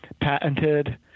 patented